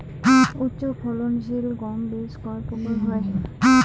উচ্চ ফলন সিল গম বীজ কয় প্রকার হয়?